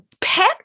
Pet